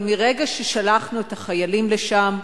מרגע ששלחנו את החיילים שלנו,